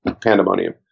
pandemonium